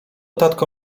tatko